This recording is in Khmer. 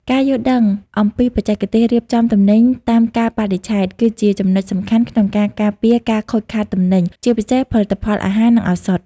ការយល់ដឹងអំពីបច្ចេកទេសរៀបចំទំនិញតាមកាលបរិច្ឆេទ គឺជាចំណុចសំខាន់ក្នុងការការពារការខូចខាតទំនិញ ជាពិសេសផលិតផលអាហារ និងឱសថ។